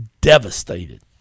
devastated